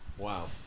Wow